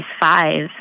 five